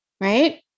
Right